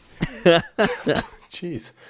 Jeez